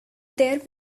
there